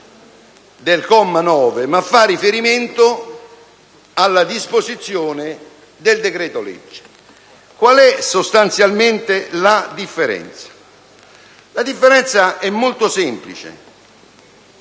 La differenza è molto semplice.